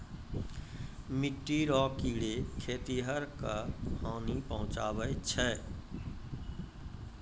मिट्टी रो कीड़े खेतीहर क हानी पहुचाबै छै